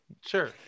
Sure